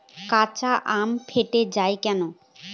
কাঁচা আম ফেটে য়ায় কেন?